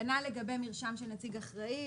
כנ"ל לגבי מרשם של נציג אחראי.